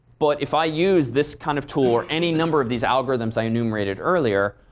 but if i use this kind of tool or any number of these algorithms i enumerated earlier,